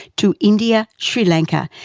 to india, sri lanka,